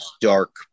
dark